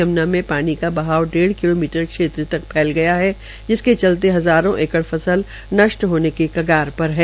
यम्ना में पानी का बहाव डेढ़ किलोमीटर क्षेत्र तक फैल गया है जिसके चलते हज़ारों एक़ फसल नष्ट होने के कगार पर है